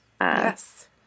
Yes